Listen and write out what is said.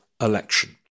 election